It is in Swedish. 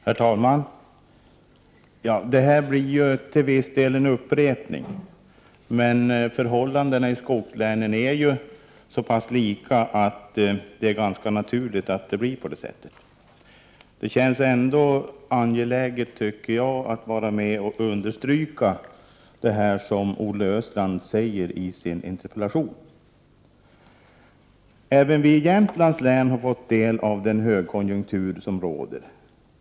Herr talman! Detta blir till viss del en upprepning, men förhållandena i skogslänen är ju så pass likartade att en upprepning blir ganska naturlig. Jag tycker ändå att det känns angeläget att vara med och understryka det som Olle Östrand säger i sin interpellation. Även i Jämtlands län har vi fått del av den högkonjunktur som råder.